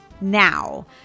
now